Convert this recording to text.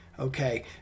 Okay